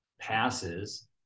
passes